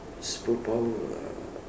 superpower ah